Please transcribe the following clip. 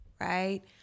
right